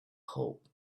hope